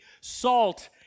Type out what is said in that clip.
salt